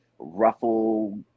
ruffle